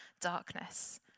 darkness